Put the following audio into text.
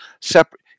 separate